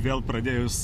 vėl pradėjus